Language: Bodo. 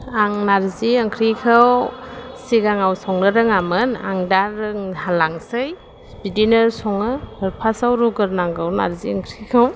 आं नारजि ओंख्रिखौ सिगाङाव संनो रोङामोन आं दा रोंहालांसै बिदिनो सङो फास्टआव रुग्रोनांगौ नारजि ओंख्रिखौ